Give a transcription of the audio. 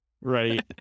right